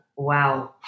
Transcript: Wow